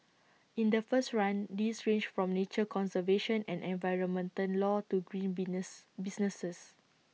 in the first run these ranged from nature conservation and environmental law to green Venus businesses